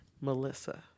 Melissa